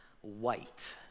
white